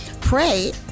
Pray